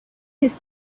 his